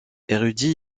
érudits